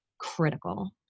critical